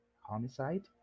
homicide